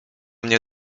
mnie